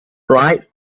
ripe